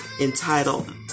Entitled